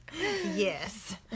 Yes